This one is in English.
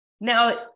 Now